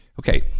Okay